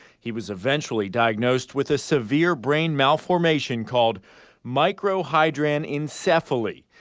he was eventually diagnosed with a severe brain malformation called microhydranencephly.